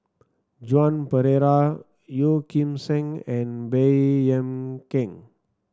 Joan Pereira Yeo Kim Seng and Baey Yam Keng